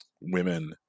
women